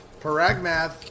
Paragmath